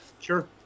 sure